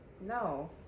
No